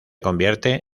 convierte